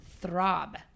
Throb